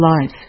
life